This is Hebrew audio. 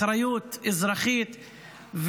אחריות אזרחית,